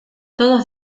todos